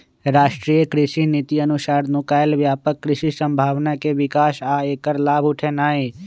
राष्ट्रीय कृषि नीति अनुसार नुकायल व्यापक कृषि संभावना के विकास आ ऐकर लाभ उठेनाई